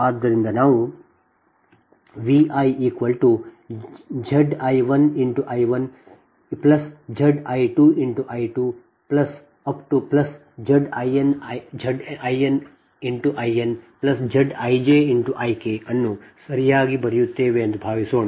ಆದ್ದರಿಂದ ನಾವು ViZi1I1Zi2I2ZinInZijIk ಅನ್ನು ಸರಿಯಾಗಿ ಬರೆಯುತ್ತೇವೆ ಎಂದು ಭಾವಿಸೋಣ